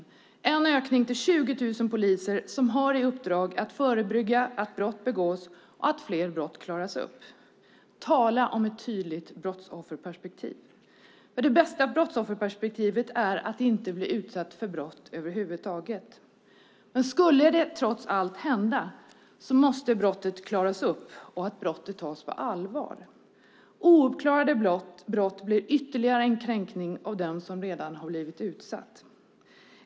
Det har skett en ökning till 20 000 poliser, som har i uppdrag att förebygga att brott begås och att klara upp fler brott. Tala om ett tydligt brottsofferperspektiv. Det bästa brottsofferperspektivet är att inte bli utsatt för brott över huvud taget. Men skulle det trots allt hända måste brottet klaras upp och tas på allvar. Ouppklarade brott blir ytterligare en kränkning av den som redan har blivit utsatt.